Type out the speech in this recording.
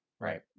right